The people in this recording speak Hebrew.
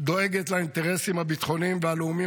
דואגת לאינטרסים הביטחוניים והלאומיים